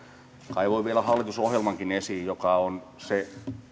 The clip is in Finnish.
kaivoin vielä esiin hallitusohjelmankin joka on se